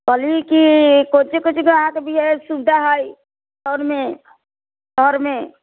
कहली की कोची कोची के अहाँके सुविधा है टाउनमे शहरमे